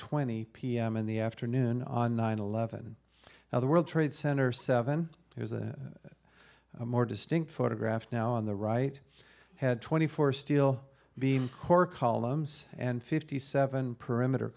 twenty pm in the afternoon on nine eleven now the world trade center seven has a more distinct photograph now on the right had twenty four steel beam core columns and fifty seven perimeter